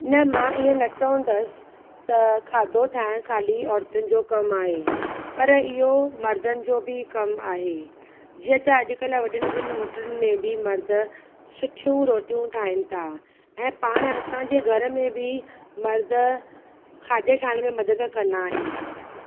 न मां इएं न चवंदसि त खाधो ठाहिणु ख़ाली औरयुनि जो कमु आहे पर इहो मर्दनि जो बि कमु आहे जीअं त अॼु कल्हि वॾियुनि वॾियुनि होटलुनि में बि मर्द सुठीयूं रोटीयूं ठाहिनि था ऐं पाण असां जे घर में बि मर्द खाधे ठाहिण में मदद कंदा आहिनि